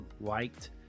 liked